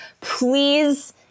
please